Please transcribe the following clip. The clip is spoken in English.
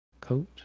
coat